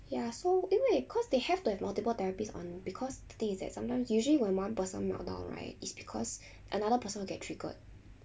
ya so 因为 cause they have to have multiple therapists on because the thing is that sometimes usually when one person meltdown right is because another person will get triggered